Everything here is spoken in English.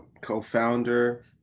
Co-founder